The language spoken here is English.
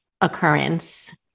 occurrence